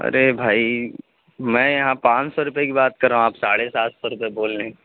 ارے بھائی میں یہاں پانچ سو روپے کی بات کر رہا ہوں آپ ساڑھے سات سو روپے بول رہے ہیں